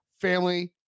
family